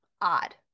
odd